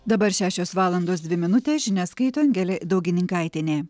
dabar šešios valandos dvi minutės žinias skaito angelė daugininkaitienė